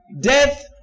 death